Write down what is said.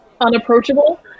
unapproachable